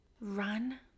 run